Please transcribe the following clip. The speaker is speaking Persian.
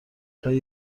خوای